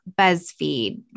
BuzzFeed